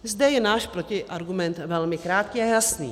Zde je náš protiargument velmi krátký a jasný.